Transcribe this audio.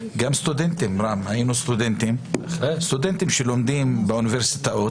אלא גם סטודנטים שלומדים באוניברסיטאות.